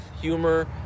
humor